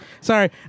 Sorry